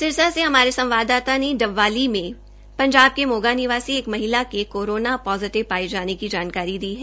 सिरसा से हमारे संवाददाता ने डबवाली में पंजाब के मोगा निवासी एक महिला के कोरोना पोजिटिव पाये जाने की जानकारी दी है